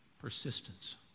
Persistence